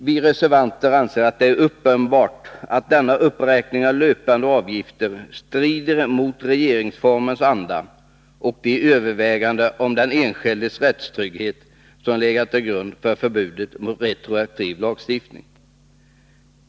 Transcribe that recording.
Vi reservanter anser att det är uppenbart att denna uppräkning av löpande avgifter strider mot regeringsformens anda och de överväganden om den enskildes rättstrygghet som har legat till grund för förbudet mot retroaktiv lagstiftning.